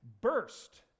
Burst